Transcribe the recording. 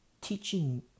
teaching